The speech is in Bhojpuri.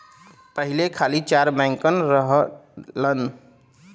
पहिले खाली चार बैंकन रहलन